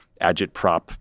agitprop